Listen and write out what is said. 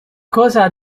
cosa